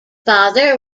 father